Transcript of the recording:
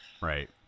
Right